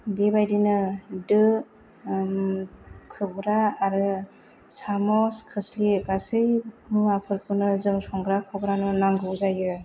बेबादिनो दो खोबग्रा आरो सामज खोस्लि गासै मुवाफोरखौनो जों संग्रा खावग्रानो नांगौ जायो